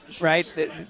right